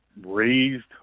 raised